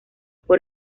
por